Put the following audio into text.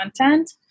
content